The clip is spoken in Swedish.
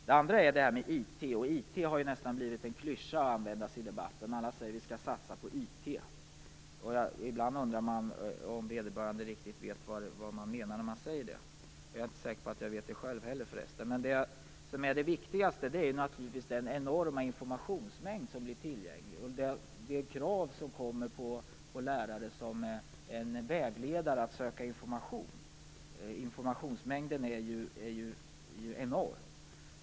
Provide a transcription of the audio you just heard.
Det andra är frågan om IT. IT har ju nästan blivit en klyscha att använda i debatten. Alla säger att vi skall satsa på IT. Ibland undrar man om de riktigt vet vad de menar när de säger det. Jag är förresten inte säker på att jag själv vet det heller. Men det som är det viktigaste är naturligtvis den enorma informationsmängd som blir tillgänglig och de krav som ställs på lärare att fungera som vägledare för att söka information. Informationsmängden är ju enorm.